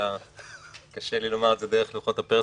אבל קשה לי לומר את זה דרך לוחות הפרספקס.